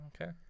okay